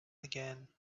again